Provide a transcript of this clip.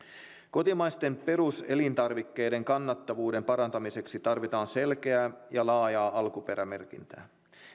kotimaisten peruselintarvikkeiden kannattavuuden parantamiseksi tarvitaan selkeää ja laajaa alkuperämerkintää